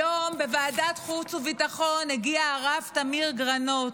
היום בוועדת חוץ וביטחון, הגיע הרב תמיר גרנות,